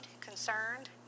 concerned